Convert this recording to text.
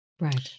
Right